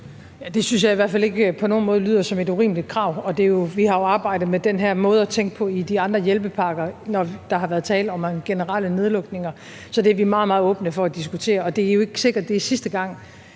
på nogen måde lyder som et urimeligt krav, og vi har jo arbejdet med den her måde at tænke på i de andre hjælpepakker, når der har været tale om generelle nedlukninger. Så det er vi meget, meget åbne for at diskutere, og det er jo ikke sikkert, det er sidste gang,